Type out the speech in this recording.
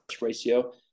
ratio